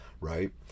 right